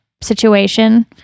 situation